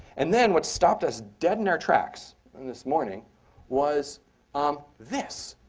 and then what stopped us dead in our tracks on this morning was um this.